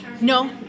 No